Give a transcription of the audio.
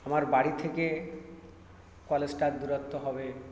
আমার বাড়ি থেকে কলেজটার দূরত্ব হবে